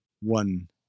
One